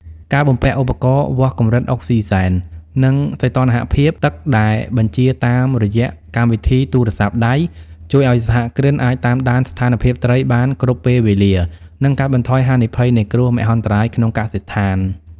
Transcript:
ការបំពាក់ឧបករណ៍វាស់កម្រិតអុកស៊ីហ្សែន និងសីតុណ្ហភាពទឹកដែលបញ្ជាតាមរយៈកម្មវិធីទូរស័ព្ទដៃ ជួយឱ្យសហគ្រិនអាចតាមដានស្ថានភាពត្រីបានគ្រប់ពេលវេលា និងកាត់បន្ថយហានិភ័យនៃគ្រោះមហន្តរាយក្នុងកសិដ្ឋាន។